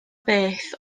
beth